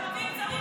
לפעמים צריך